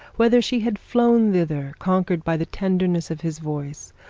whether she had flown thither conquered by the tenderness of his voice,